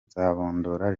nzabandora